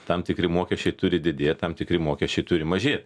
tam tikri mokesčiai turi didėt tam tikri mokesčiai turi mažėt